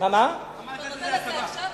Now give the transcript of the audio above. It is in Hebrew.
מה זה קשור?